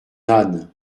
âne